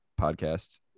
podcast